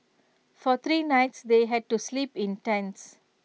for three nights they had to sleep in tents